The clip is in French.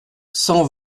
cent